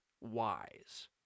wise